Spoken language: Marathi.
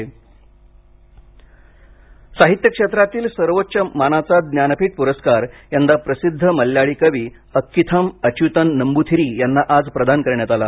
ज्ञानपीठ साहित्य क्षेत्रातील सर्वोच्च मानाचा ज्ञानपीठ पुरस्कार यंदा प्रसिद्ध मल्याळी कवी अक्कीथम अच्युतन नंबूथिरी यांना आज प्रदान करण्यात आला